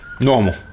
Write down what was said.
Normal